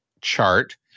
chart